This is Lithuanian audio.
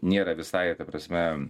nėra visai ta prasme